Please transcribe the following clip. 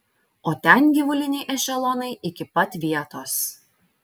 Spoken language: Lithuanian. o ten gyvuliniai ešelonai iki pat vietos